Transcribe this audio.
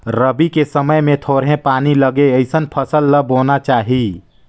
रबी के समय मे थोरहें पानी लगे अइसन फसल ल बोना चाही